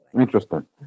interesting